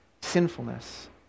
sinfulness